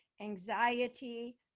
anxiety